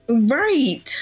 right